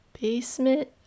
basement